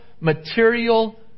material